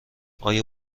آیا